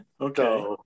Okay